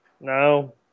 No